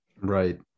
Right